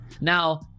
Now